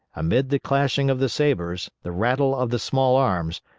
amid the clashing of the sabres, the rattle of the small arms,